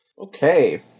Okay